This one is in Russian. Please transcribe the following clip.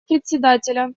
председателя